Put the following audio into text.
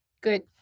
Good